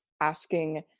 asking